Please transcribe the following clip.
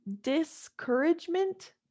Discouragement